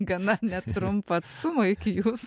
gana netrumpą atstumą iki jūsų